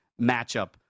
matchup